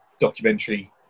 documentary